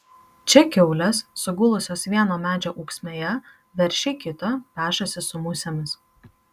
čia kiaulės sugulusios vieno medžio ūksmėje veršiai kito pešasi su musėmis